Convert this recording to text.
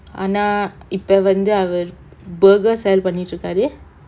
ஆனா இப்ப வந்து அவர்:aanaa ippa vanthu avar burgers sell பண்ணிட்டு இருக்காரு:pannittu irukkaaru